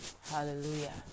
Hallelujah